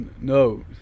no